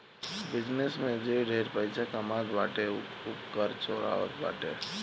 business में जे ढेर पइसा कमात बाटे उ खूबे कर चोरावत बाटे